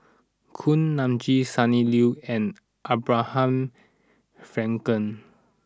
Kuak Nam Jin Sonny Liew and Abraham Frankel